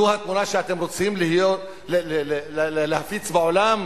זו התמונה שאתם רוצים להפיץ בעולם